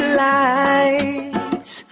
lights